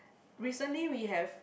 recently we have